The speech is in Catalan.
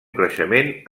creixement